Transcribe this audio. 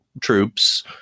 troops